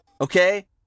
okay